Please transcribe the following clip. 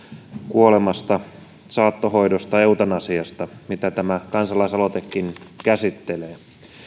kuolemasta saattohoidosta eutanasiasta mitä tämä kansalaisaloitekin käsittelee